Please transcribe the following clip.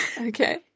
okay